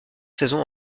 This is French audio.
saisons